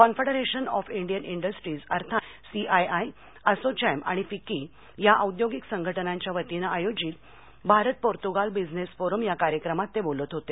confederation of Indian Industries अर्थात CII ASSOCHAM आणि FICCI या औद्योगिक संघटनांच्या वतीनं आयोजित भारत पोर्तुगाल बिझनेस फोरम कार्यक्रमात ते बोलत होते